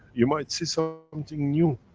you might see so something new.